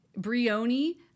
Brioni